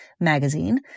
magazine